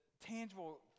tangible